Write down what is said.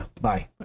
Bye